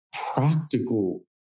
practical